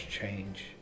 change